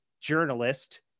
journalist